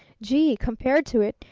gee! compared to it,